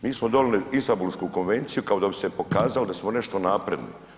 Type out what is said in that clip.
Mi smo donili Istanbulsku konvenciju kao da bi se pokazalo da smo nešto napredni.